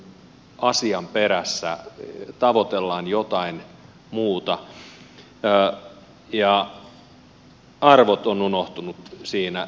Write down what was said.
mennään jonkin asian perässä tavoitellaan jotain muuta ja arvot ovat unohtuneet siinä